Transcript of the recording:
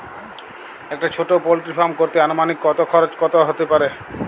একটা ছোটো poultry farm করতে আনুমানিক কত খরচ কত হতে পারে?